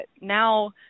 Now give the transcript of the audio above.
Now